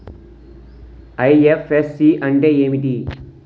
IFSC అంటే ఏమిటి?